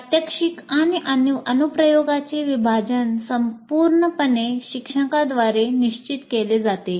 प्रात्यक्षिक आणि अनुप्रयोगाचे विभाजन संपूर्णपणे शिक्षकांद्वारे निश्चित केले जाते